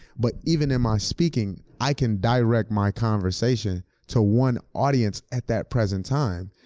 but even in my speaking, i can direct my conversation to one audience at that present time.